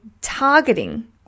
targeting